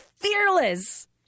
fearless